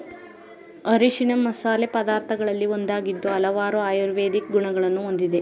ಅರಿಶಿಣ ಮಸಾಲೆ ಪದಾರ್ಥಗಳಲ್ಲಿ ಒಂದಾಗಿದ್ದು ಹಲವಾರು ಆಯುರ್ವೇದಿಕ್ ಗುಣಗಳನ್ನು ಹೊಂದಿದೆ